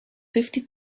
fifty